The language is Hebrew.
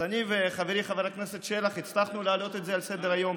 אז אני וחברי חבר הכנסת שלח הצלחנו להעלות את זה על סדר-היום.